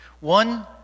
one